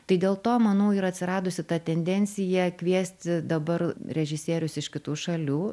tai dėl to manau ir atsiradusi ta tendencija kviesti dabar režisierius iš kitų šalių